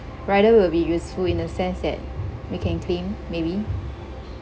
rider will be useful in a sense that we can claim maybe